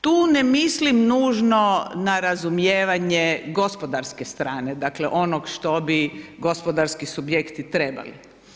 Tu ne mislim nužno na razumijevanje gospodarske strane, dakle onog što bi gospodarski subjekti trebali.